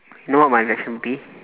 know what my question would be